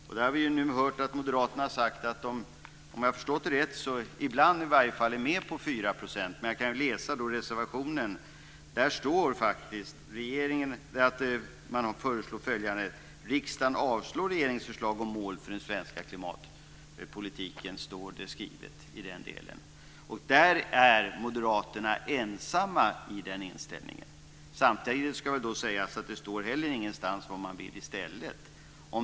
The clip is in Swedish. Vi har nu hört att moderaterna har sagt att de i varje fall ibland är med på 4 %, om jag har förstått det rätt. Jag kan läsa ur reservationen. Där står att man föreslår att riksdagen avslår regeringens förslag om målet för den svenska klimatpolitiken. Det är vad som står skrivet i den delen. I den inställningen är moderaterna ensamma. Samtidigt ska väl sägas att det heller inte står någonstans vad de vill i stället.